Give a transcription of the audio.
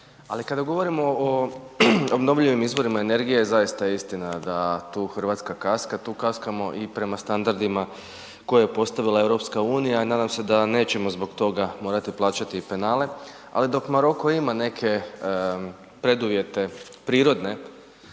Ali, kada govorimo o obnovljivim izvorima energije, zaista je istina, da tu Hrvatska kaska, tu kaskamo i prema standardima koje je postavila EU i nadam se da nećemo zbog toga morati plaćati penale. Ali, dok Maroko ima neke preduvjete prirodne,